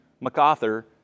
MacArthur